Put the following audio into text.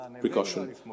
precaution